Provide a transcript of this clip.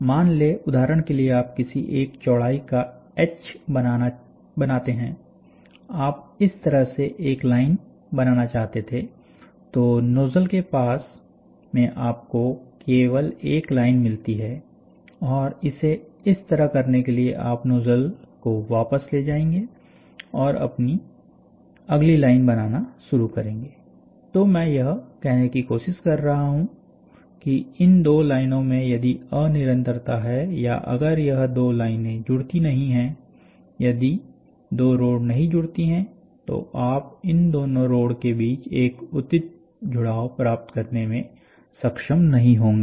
मान ले उदाहरण के लिए आप किसी एक चौड़ाई का एच बनाते हैं आप इस तरह से एक लाइन बनाना चाहते थे तो नोजल के एक पास में आपको केवल एक लाइन मिलती है और इसे इस तरह करने के लिए आप नोजल को वापस ले जाएंगे और अगली लाइन बनाना शुरू करेंगे तो मैं यह कहने की कोशिश कर रहा हूं कि इन दो लाइनों में यदि अनिरंतरता है या अगर यह दो लाइनें जुड़ती नहीं है यदि दो रोड नहीं जुड़ती है तो आप इन दोनों रोड के बीच एक उचित जुड़ाव प्राप्त करने में सक्षम नहीं होंगे